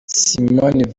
simone